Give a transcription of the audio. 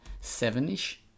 seven-ish